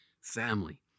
Family